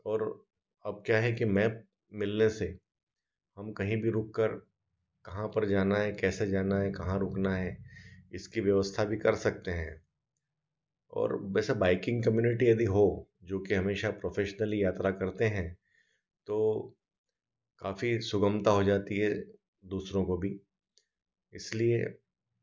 और अब है की मैप मिलने से हम कहीं भी रुक कर कहाँ पर जाना है कैसे जाना है कहाँ रुकना है इसकी व्यवस्था भी कर सकते है वैसे बाइकिंग कमिटी अगर हो जो कि हमेशा प्रोफेशनली यात्रा करते हैं तो काफी सुगमता हो जाती है दूसरों को भी इसलिए